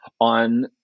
On